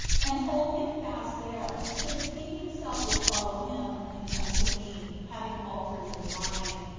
and hold him fast there, for the king himself will follow him, and come to me, having altered his mind.